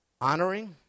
honoring